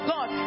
God